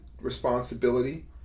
responsibility